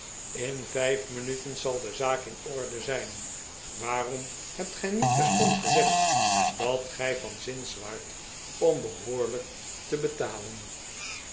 in vijf minuten zal de zaak in orde zijn waarom hebt'gij niet terstond gezegd dat gij van zins waart om behoorlijk te betalen